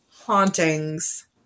hauntings